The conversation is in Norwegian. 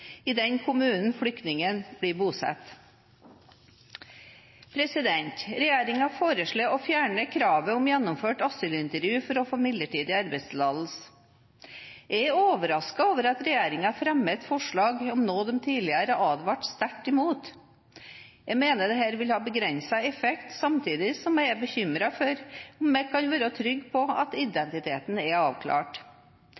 i den kommunen flyktningen blir bosatt. Regjeringen foreslår å fjerne kravet om gjennomført asylintervju for å få midlertidig arbeidstillatelse. Jeg er overrasket over at regjeringen fremmer et forslag om noe de tidligere har advart sterkt imot. Jeg mener dette vil ha begrenset effekt, samtidig som jeg er bekymret for om en kan være trygg på at